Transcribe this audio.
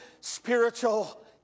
spiritual